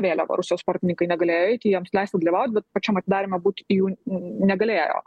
vėliava rusijos sportininkai negalėjo eiti jiems leista dalyvaut bet pačiam atidaryme būt jų negalėjo